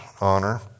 honor